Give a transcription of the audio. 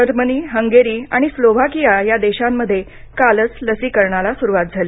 Germany Hungary आणि Slovakia या देशांमध्ये कालच लसीकरणाला सुरुवात झाली